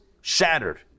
shattered